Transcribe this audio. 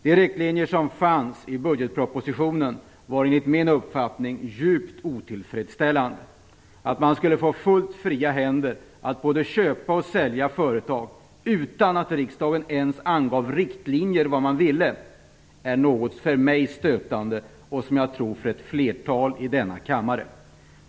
De riktlinjer som angavs i budgetpropositionen var enligt min uppfattning djupt otillfredsställande. Att man skulle få fullt fria händer att både köpa och sälja företag utan att riksdagen ens angav riktlinjer för hanteringen är stötande för mig och, som jag tror, för ett flertal i denna kammare.